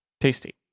tasty